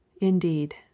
indeed